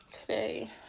today